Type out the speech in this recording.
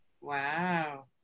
Wow